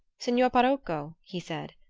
signor parocco, he said,